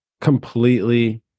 completely